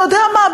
אתה יודע מה,